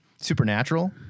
Supernatural